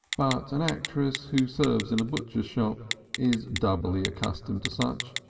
but an actress who serves in a butcher's shop is doubly accustomed to such,